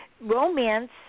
romance